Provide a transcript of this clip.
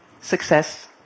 success